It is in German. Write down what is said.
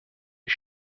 ich